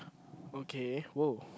okay !woah!